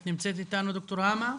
את נמצאת איתנו, ד"ר האמה?